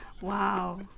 Wow